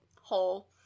hole